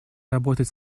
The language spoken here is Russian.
работать